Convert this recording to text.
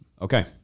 okay